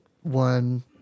one